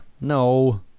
no